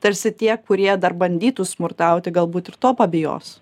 tarsi tie kurie dar bandytų smurtauti galbūt ir to pabijos